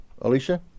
Alicia